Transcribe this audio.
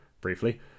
briefly